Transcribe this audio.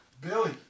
billy